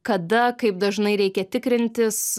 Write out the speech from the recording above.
kada kaip dažnai reikia tikrintis